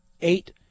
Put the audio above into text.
eight